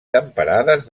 temperades